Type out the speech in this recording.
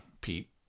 Pete